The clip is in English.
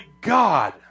God